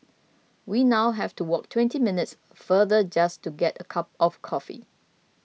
we now have to walk twenty minutes farther just to get a cup of coffee